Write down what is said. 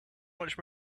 much